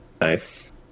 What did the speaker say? Nice